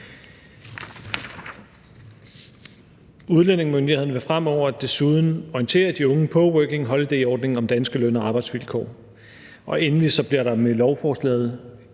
Udlændingemyndighederne vil fremover desuden orientere de unge på Working Holiday-ordningen om danske løn- og arbejdsvilkår, og endelig bliver der med lovforslaget